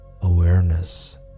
Awareness